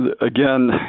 again